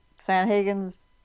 Sanhagen's